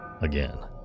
Again